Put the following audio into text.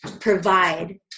provide